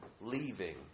leaving